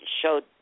showed